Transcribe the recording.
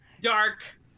dark